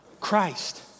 Christ